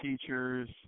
teachers